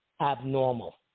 abnormal